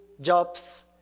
jobs